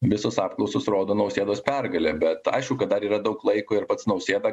visos apklausos rodo nausėdos pergalę bet aišku kad dar yra daug laiko ir pats nausėda